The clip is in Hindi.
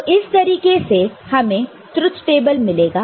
तो इस तरीके से हमें ट्रूथ टेबल मिलेगा